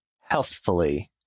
healthfully